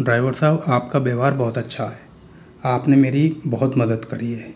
driver साहब आपका व्यवहार बहुत अच्छा है आपने मेरी बहुत मदद करी है